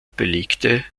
belegte